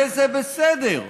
וזה בסדר,